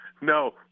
No